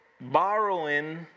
borrowing